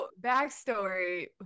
backstory